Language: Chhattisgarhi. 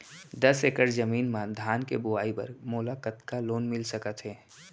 दस एकड़ जमीन मा धान के बुआई बर मोला कतका लोन मिलिस सकत हे?